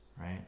right